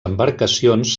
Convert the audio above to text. embarcacions